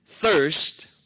thirst